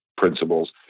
Principles